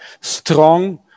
strong